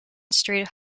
street